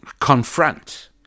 confront